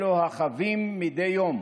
אלו החווים מדי יום